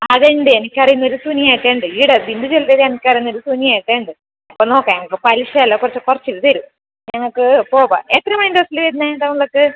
അത് ഉണ്ട് എനിക്ക് അറിയുന്ന ഒരു സുനി ഏട്ടൻ ഉണ്ട് ഇവിടെ ബിന്ദു ജ്വല്ലറിയിൽ എനിക്ക് അറിയുന്ന ഒരു സുനി ഏട്ടൻ ഉണ്ട് അപ്പോൾ നോക്കാം ഞങ്ങൾക്ക് പലിശ എല്ലാം കുറച്ച് കുറച്ച് തരും ഞങ്ങൾക്ക് ഇപ്പോൾ എത്ര വരുന്ന ടൗണിൽ ഒക്കെ